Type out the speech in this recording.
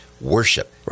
worship